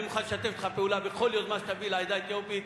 אני מוכן לשתף אתך פעולה בכל יוזמה שתביא למען העדה האתיופית,